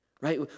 Right